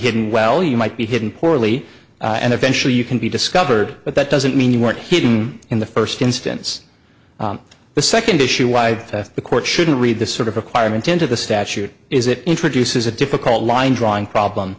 hidden well you might be hidden poorly and eventually you can be discovered but that doesn't mean you weren't getting in the first instance the second issue why the court shouldn't read this sort of requirement into the statute is it introduces a difficult line drawing problem